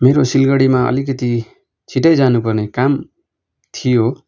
मेरो सिलगढीमा अलिकिति छिटै जानुपर्ने काम थियो